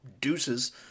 deuces